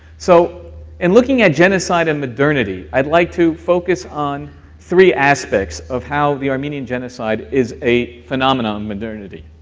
so in looking at genocide and modernity i'd like to focus on three aspects of how the armenian genocide is a phenomenon modernity.